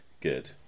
Good